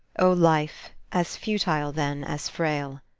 o life, as futile, then, as frail!